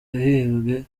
yahembwe